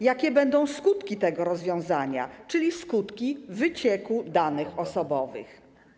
Jakie będą skutki tego rozwiązania, czyli skutki wycieku danych osobowych?